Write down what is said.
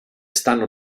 stanno